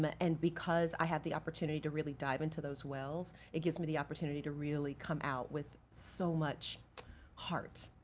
um ah and because i have the opportunity to really dive into those wells, it gives me the opportunity to really come out with so much heart.